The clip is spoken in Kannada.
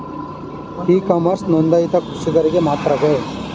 ಇ ಕಾಮರ್ಸ್ ನೊಂದಾಯಿತ ಕೃಷಿಕರಿಗೆ ಮಾತ್ರವೇ?